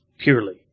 Purely